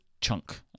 chunk